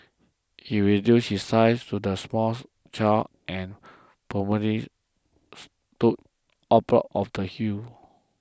he reduced his size to that of a small child and promptly stood of the hills